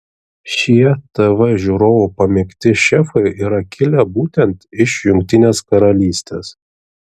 šie tv žiūrovų pamėgti šefai yra kilę būtent iš jungtinės karalystės